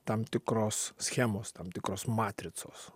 tam tikros schemos tam tikros matricos